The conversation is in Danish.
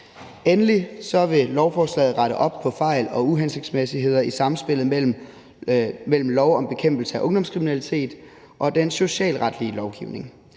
Endelig vil lovforslaget rette op på fejl og uhensigtsmæssigheder i samspillet mellem lov om bekæmpelse af ungdomskriminalitet og den socialretlige lovgivning.